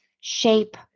shape